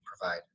provide